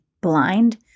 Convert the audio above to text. blind